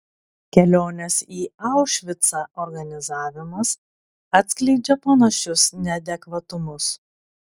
kelionės į aušvicą organizavimas atskleidžia panašius neadekvatumus